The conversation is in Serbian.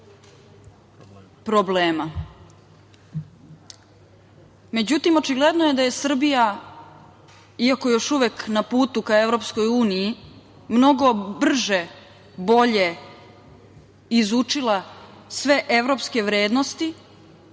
problema? Međutim, očigledno je da je Srbija, iako još uvek na putu ka EU, mnogo brže, bolje izučila sve evropske vrednosti